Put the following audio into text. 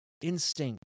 instinct